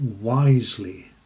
wisely